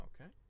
Okay